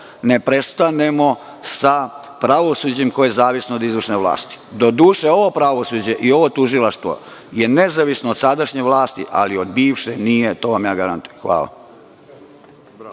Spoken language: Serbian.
ne prestanemo sa pravosuđem koje je zavisno od izvršne vlasti. Doduše, ovo pravosuđe i ovo tužilaštvo je nezavisno od sadašnje vlasti, ali od bivše nije, to ja vam garantujem. Hvala.